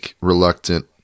reluctant